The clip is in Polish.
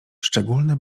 szczególne